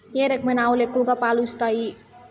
ఏ రకమైన ఆవులు ఎక్కువగా పాలు ఇస్తాయి?